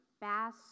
Bass